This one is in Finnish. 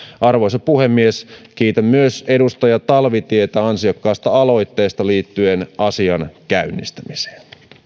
arvoisa puhemies kiitän myös edustaja talvitietä ansiokkaasta aloitteesta liittyen asian käynnistämiseen